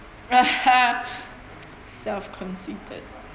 !aha! self conceited